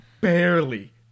barely